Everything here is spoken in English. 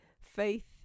faith